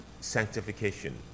sanctification